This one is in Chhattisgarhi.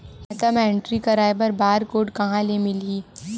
खाता म एंट्री कराय बर बार कोड कहां ले मिलही?